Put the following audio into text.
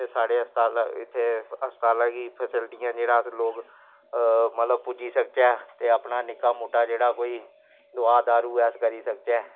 ओह्दे ऐ ते फिर ओह् फोन च आई जंदा हा नीं मैसज कि भाई तुंदै इक टीका लग्गी रेहा दूआ लोआई जाओ त्रीआ लोआई जाओ हां ते ओह् लोक